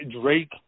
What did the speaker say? Drake